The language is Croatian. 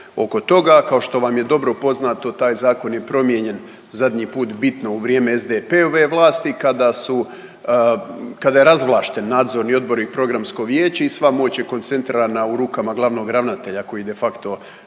oko toga, kao što vam je dobro poznato, taj Zakon je promijenjen zadnji put bitno u vrijeme SDP-ove vlasti kada su, kada je razvlašten nadzorni odbor i programsko vijeće i sva moć je koncentrirana u rukama glavnog ravnatelja koji de facto